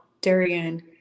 Darian